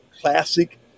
classic